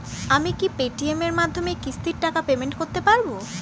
আমি কি Paytm এর মাধ্যমে কিস্তির টাকা পেমেন্ট করতে পারব?